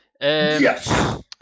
yes